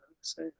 say